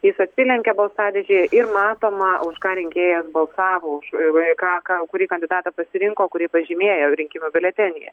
jis atsilenkia balsadėžėje ir matoma už ką rinkėjas balsavo už ką ką kurį kandidatą pasirinko kurį pažymėjo rinkimų biuletenyje